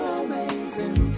amazing